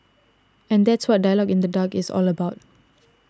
and that's what Dialogue in the Dark is all about